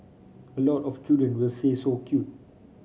a lot of children will say so cute